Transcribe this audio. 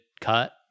cut